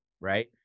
right